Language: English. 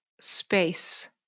space